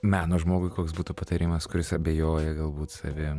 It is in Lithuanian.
meno žmogui koks būtų patarimas kuris abejoja galbūt savim